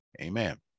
Amen